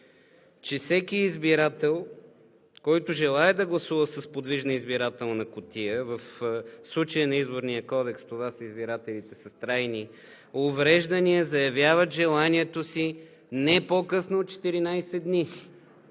Че всеки избирател, който желае да гласува с подвижна избирателна кутия – в случая на Изборния кодекс, това са избирателите с трайни увреждания – заявяват желанието си не по-късно от 14 дни.